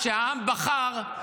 שהעם בחר,